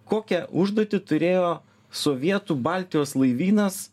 kokią užduotį turėjo sovietų baltijos laivynas